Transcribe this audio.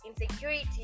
insecurity